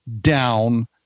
down